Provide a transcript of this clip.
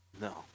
No